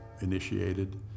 Initiated